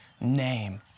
name